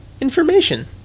information